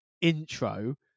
intro